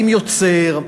עם יוצר,